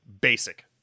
basic